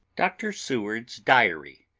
dr. seward's diary.